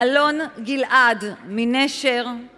אלון גלעד מנשר